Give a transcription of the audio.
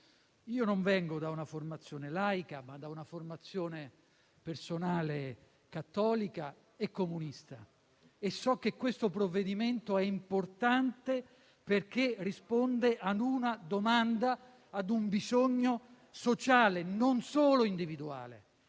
Non vengo da una formazione laica, ma da una formazione personale cattolica e comunista e so che questo provvedimento è importante perché risponde ad una domanda, ad un bisogno sociale, non solo individuale,